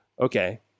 Okay